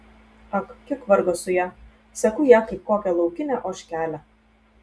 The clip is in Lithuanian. ak kiek vargo su ja seku ją kaip kokią laukinę ožkelę